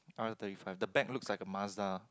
R thirty five the back look like a Mazda